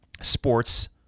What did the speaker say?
sports